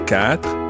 Quatre